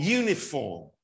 uniform